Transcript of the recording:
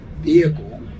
vehicle